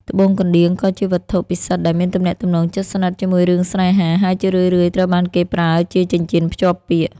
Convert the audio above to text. ត្បូងកណ្តៀងក៏ជាវត្ថុពិសិដ្ឋដែលមានទំនាក់ទំនងជិតស្និទ្ធជាមួយរឿងស្នេហា ហើយជារឿយៗត្រូវបានគេប្រើជាចិញ្ចៀនភ្ជាប់ពាក្យ។